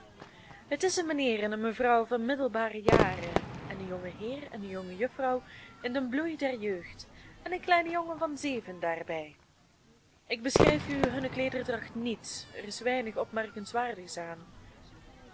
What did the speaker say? het is een mijnheer en eene mevrouw van middelbare jaren en een jongeheer en eene jongejuffrouw in den bloei der jeugd en een kleine jongen van zeven jaar daarbij ik beschrijf u hunne kleederdracht niet er is weinig opmerkenswaardigs aan